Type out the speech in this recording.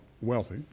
wealthy